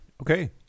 Okay